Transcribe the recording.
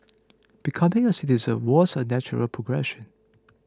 becoming a citizen was a natural progression